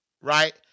right